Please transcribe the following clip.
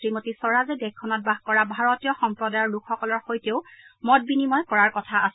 শ্ৰীমতী স্বৰাজে দেশখনত বাস কৰা ভাৰতীয় সম্প্ৰদায়ৰ লোকসকলৰ সৈতেও মত বিনিময় কৰাৰ কথা আছে